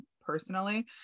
personally